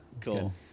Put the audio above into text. Cool